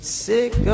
sick